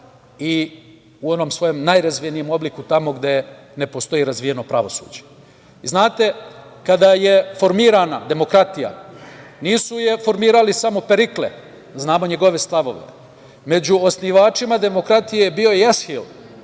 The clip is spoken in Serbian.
i u onom svom najrazvijenijem obliku tamo gde ne postoji razvijeno pravosuđe. Znate kada je formirana demokratija nije je formirao samo Perikle, znamo njegove stavove. Među osnivačima demokratije je bio i Eshil